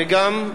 וגם,